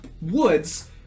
woods